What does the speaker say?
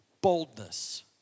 boldness